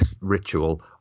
ritual